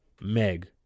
Meg